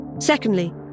Secondly